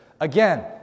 Again